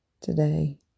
today